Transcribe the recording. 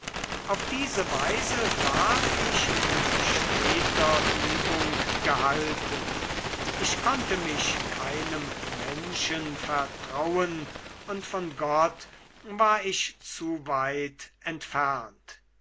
auf diese weise ward ich in steter übung gehalten ich konnte mich keinem menschen vertrauen und von gott war ich zu weit entfernt